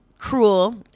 Cruel